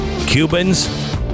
Cubans